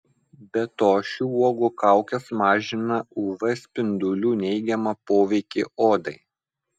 be to šių uogų kaukės mažina uv spindulių neigiamą poveikį odai